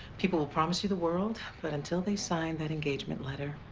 people will promise you the world, but until they sign that engagement letter,